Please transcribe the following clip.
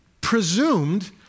presumed